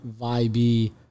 vibey